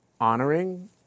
honoring